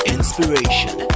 Inspiration